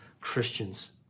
Christians